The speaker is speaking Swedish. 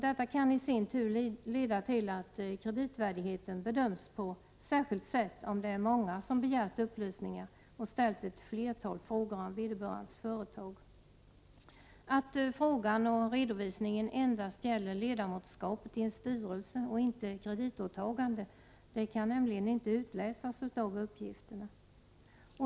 Detta kan i sin tur leda till att kreditvärdigheten bedöms på särskilt sätt om det är många som begärt upplysningar och ställt ett flertal frågor om vederbörandes företag. Att frågan och redovisningen endast gäller ledamotskapet i en styrelse och inte kreditåtagande kan nämligen inte utläsas av uppgifterna.